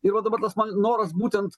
ir va dabar tas mano noras būtent